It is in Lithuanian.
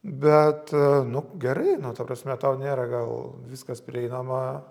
bet nu gerai nu ta prasme tau nėra gal viskas prieinama